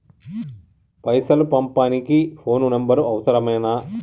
పైసలు పంపనీకి phone number అవసరమేనా?